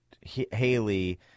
Haley